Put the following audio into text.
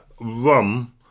rum